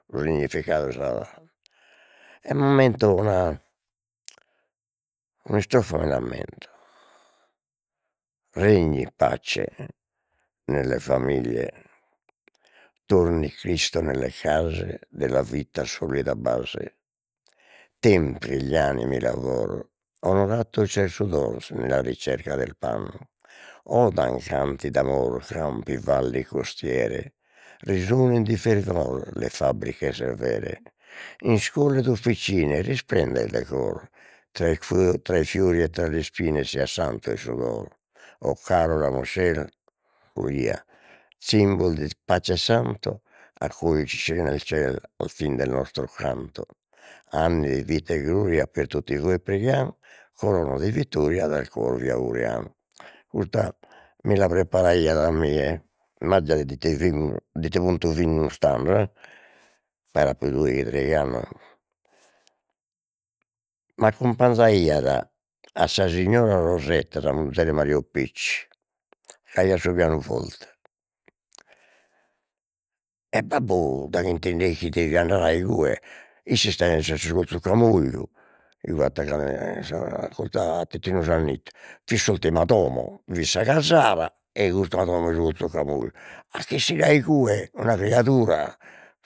Su significadu sa e m'ammento una un'istrofa mi l'ammento: regni pace nelle famiglie torni Cristo nelle case della vita solida base, tempri gli animi il lavoro onorato il senso d'or se nella ricerca del pan o mancanti d'amor campi balli costiere le fabbriche severe, officine risplenda il decor tra i tra i fiori e tra le spine sia santo il sudor o caro ramoscello simbolo di pace santo accoglici nel ciel al fin del nostro canto anni di vita e gloria per tutti voi preghiam di vittoria dal cuore vi auguriamo, custa mi la preparaiat a mie immaginadi ite fimus ite puntu fimus tando, e depp'aer appidu seigh'annos, m'accumpanzaiat a sa signora Rosetta, sa muzere 'e Mario Pecci, c'aiat su pianuvolte, e babbu daghi intendeit chi devia andare a igue, isse istaiat in se su colzu Camogliu, igue attaccada a a sa a cosa a Titinu Sannitu, fit s'ultima domo bi fit sa casara e custa domo colzu Camogliu, a che 'essire a igue una criadura